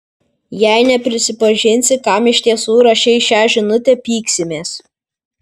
jei neprisipažinsi kam iš tiesų rašei šią žinutę pyksimės